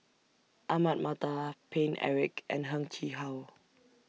Ahmad Mattar Paine Eric and Heng Chee How